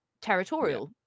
territorial